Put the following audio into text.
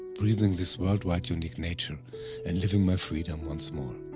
breathing this worldwide unique nature and living my freedom once more.